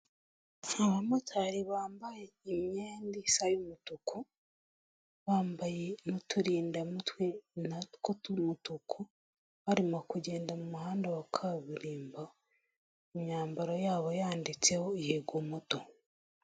Abamotari bambaye imyenda isa y'umutuku bambaye n'uturindadamutwe natwo tw'umutuku barimo kugenda mu muhanda wa kaburimbo, imyambaro yabo yanditseho yego moto.